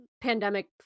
pandemic